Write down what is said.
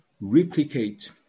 replicate